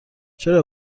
چرا